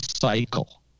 cycle